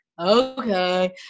okay